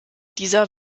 dieser